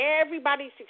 everybody's